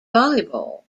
volleyball